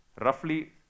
roughly